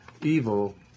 evil